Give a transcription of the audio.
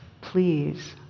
please